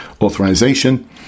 authorization